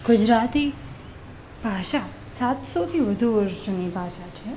ગુજરાતી ભાષા સાતસોથી વધું વર્ષ જૂની ભાષા છે